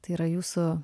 tai yra jūsų